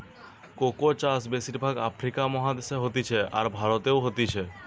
cocoa চাষ বেশির ভাগ আফ্রিকা মহাদেশে হতিছে, আর ভারতেও হতিছে